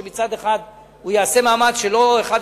שמצד אחד הוא יעשה מאמץ שלא יקרה שאחד